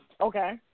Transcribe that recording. Okay